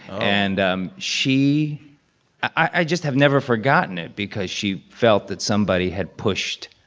and um she i just have never forgotten it because she felt that somebody had pushed,